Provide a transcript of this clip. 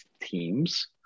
teams